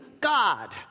God